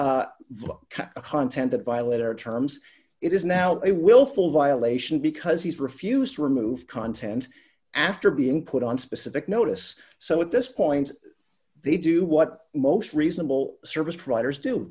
book content that violate our terms it is now a willful violation because he's refused to remove content after being put on specific notice so at this point they do what most reasonable service providers do